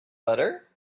butter